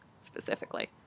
specifically